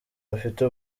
bafite